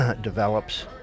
develops